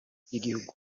by’igihugu